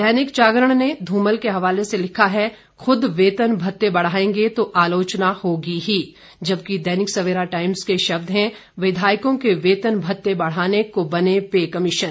दैनिक जागरण ने धूमल के हवाले से लिखा है खुद वेतन भत्ते बढ़ाएंगे तो आलोचना होगी ही जबकि दैनिक सवेरा टाइम्स के शब्द हैं विधायकों के वेतन भत्ते बढ़ाने को बने पे कमीशन